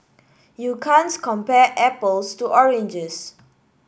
you can't compare apples to oranges